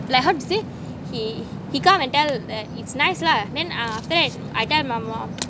how how to say he he come and tell that it's nice lah then after that I tell my mum